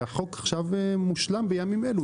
והחוק מושלם בימים אלה.